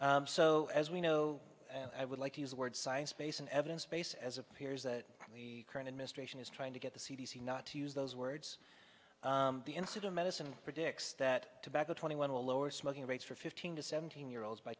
smokers so as we know and i would like to use the word science based on evidence base as appears that the current administration is trying to get the c d c not to use those words the incident medicine predicts that tobacco twenty one will lower smoking rates for fifteen to seventeen year olds by